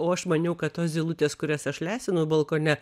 o aš maniau kad tos zylutės kurias aš lesinu balkone